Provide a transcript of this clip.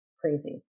crazy